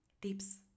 tips